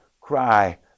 cry